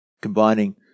combining